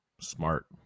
smart